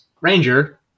Ranger